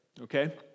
Okay